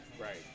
Right